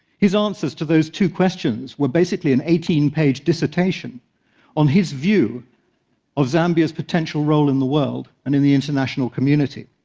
his answers to those two questions were basically an eighteen page dissertation on his view of zambia's potential role in the world and in the international community.